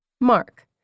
Mark